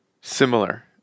Similar